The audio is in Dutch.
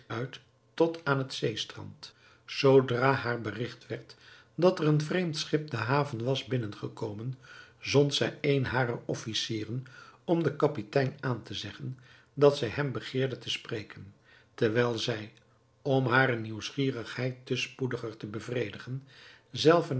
tot aan het zeestrand zoodra haar berigt werd dat er een vreemd schip de haven was binnen gekomen zond zij een harer officieren om den kapitein aan te zeggen dat zij hem begeerde te spreken terwijl zij om hare nieuwsgierigheid te spoediger te bevredigen zelve